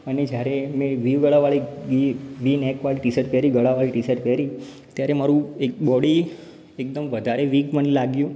અને જયારે મેં વી ગળાવાળી વી વી નેકવાળી ટી શર્ટ પહેરી ગળાવાળી ટી શર્ટ પહેરી ત્યારે મારું એક બૉડી એકદમ વધારે વીક મને લાગ્યું